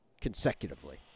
consecutively